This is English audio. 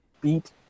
beat